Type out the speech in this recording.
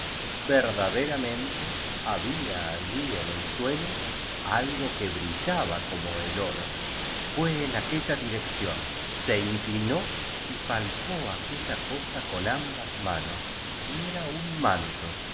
verdaderamente había allí en el suelo algo que brillaba como el oro fue en aquella dirección se in clinó y palpó aquella cosa con ambas manos y era un manto